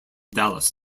dallas